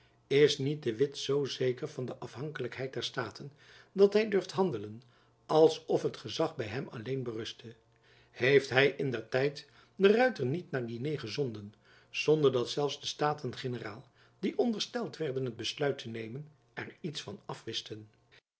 is niet de witt zoo zeker van de afhankelijkheid der staten dat hy durft handelen als of het gezach by hem alleen berustte heeft hy in der tijd de ruyter niet naar guinee gezonden zonder dat zelfs de staten-generaal die ondersteld werden t besluit te nemen er iets van afwisten